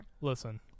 Listen